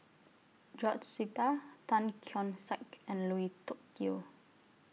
George Sita Tan Keong Saik and Lui Tuck Yew